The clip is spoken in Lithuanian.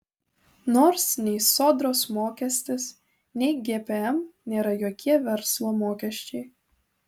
nors nei sodros mokestis nei gpm nėra jokie verslo mokesčiai